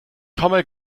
komme